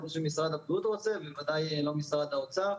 לא חושב שמשרד הבריאות רוצה ובוודאי לא במשרד האוצר,